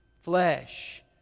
flesh